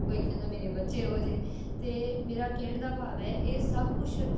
ਕੋਈ ਕਹਿੰਦਾ ਹੈ ਮੇਰੇ ਬੱਚੇ ਹੋ ਜਾਵੇ ਅਤੇ ਮੇਰਾ ਕਹਿਣ ਦਾ ਭਾਵ ਹੈ ਇਹ ਸਭ ਕੁਛ